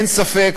אין ספק,